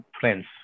friends